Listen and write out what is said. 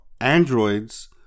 androids